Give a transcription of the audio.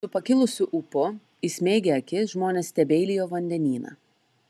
su pakilusiu ūpu įsmeigę akis žmonės stebeilijo vandenyną